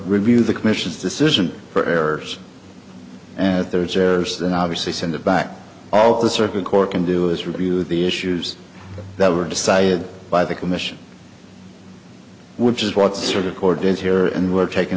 review the commission's decision for errors and that there's then obviously send it back all the circuit court can do is review the issues that were decided by the commission which is what's sort of cordons here and we're taking